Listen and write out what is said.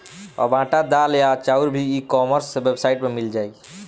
अब आटा, दाल या चाउर भी ई कॉमर्स वेबसाइट पर मिल जाइ